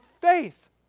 faith